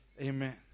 Amen